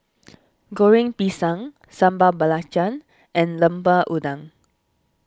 Goreng Pisang Sambal Belacan and Lemper Udang